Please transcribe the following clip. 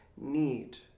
need